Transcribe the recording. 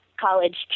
college